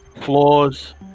flaws